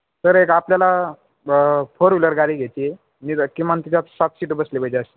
sir एक आपल्याला ब फोर व्हीलर गाडी घ्यायची आहे मी द किमान तिच्यात सात सीटं बसले पाहिजे अशी